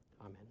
amen